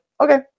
okay